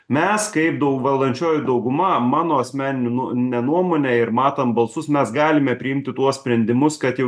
mes kaip daug valdančioji dauguma mano asmeniniu nu ne nuomone ir matom balsus mes galime priimti tuos sprendimus kad jau